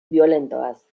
biolentoaz